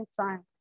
time